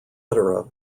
etc